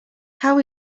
how